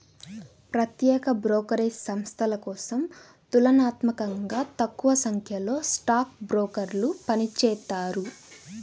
ప్రత్యేక బ్రోకరేజ్ సంస్థల కోసం తులనాత్మకంగా తక్కువసంఖ్యలో స్టాక్ బ్రోకర్లు పనిచేత్తారు